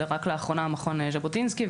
רק לאחרונה מכון ז'בוטינסקי.